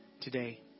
today